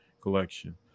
collection